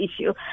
issue